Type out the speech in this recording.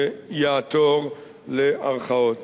ויעתור לערכאות.